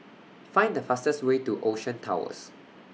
Find The fastest Way to Ocean Towers